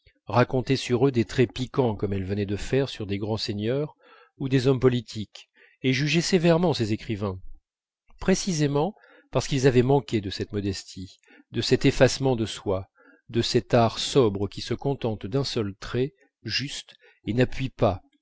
racontait sur eux des traits piquants comme elle venait de faire sur des grands seigneurs ou des hommes politiques et jugeait sévèrement ces écrivains précisément parce qu'ils avaient manqué de cette modestie de cet effacement de soi de cet art sobre qui se contente d'un seul trait juste et n'appuie pas